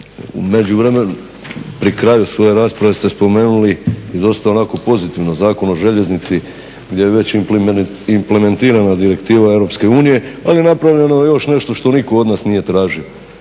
U međuvremenu, pri kraju svoje rasprave ste spomenuli i dosta onako pozitivno Zakon o željeznici gdje je već implementirana Direktiva EU ali je napravljeno još nešto što nitko od nas nije tražio,